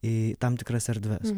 į tam tikras erdves